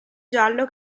giallo